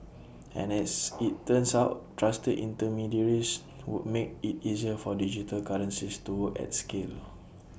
and as IT turns out trusted intermediaries would make IT easier for digital currencies to work at scale